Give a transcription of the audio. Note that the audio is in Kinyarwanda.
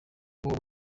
b’uwo